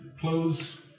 close